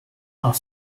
are